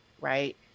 right